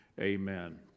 Amen